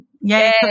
Yay